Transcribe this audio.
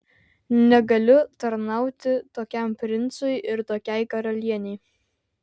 negaliu tarnauti tokiam princui ir tokiai karalienei